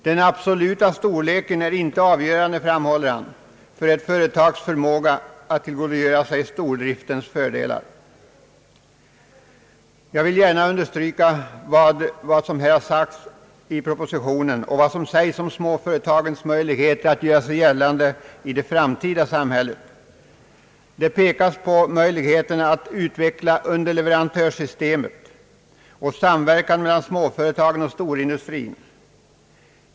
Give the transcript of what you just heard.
Den absoluta storleken är inte avgörande, framhåller han, för ett företags förmåga att tillgodogöra sig stordriftens fördelar. Jag vill gärna understryka vad som i propositionen sägs om småföretagens möjligheter att göra sig gällande i det framtida samhället. Det pekas på möjligheterna att utveckla underleverantörsystemet och samverkan mellan småföretagen och storindustrin.